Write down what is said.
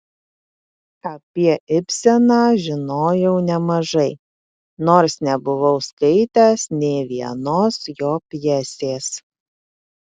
apie ibseną žinojau nemažai nors nebuvau skaitęs nė vienos jo pjesės